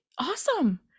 awesome